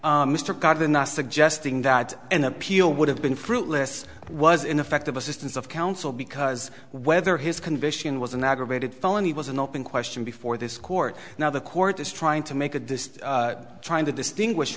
that an appeal would have been fruitless it was ineffective assistance of counsel because whether his condition was an aggravated felony was an open question before this court now the court is trying to make a dis trying to distinguish